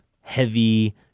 heavy